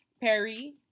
Perry